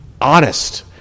honest